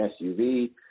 SUV